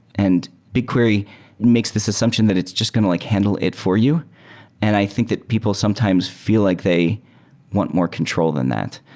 and bigquery makes this assumption that it's just going to like handle it for you and i think that people sometimes feel like they want more control than that.